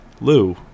Lou